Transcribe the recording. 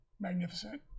Magnificent